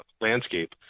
landscape